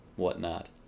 whatnot